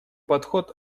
подход